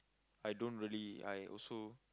I don't really I also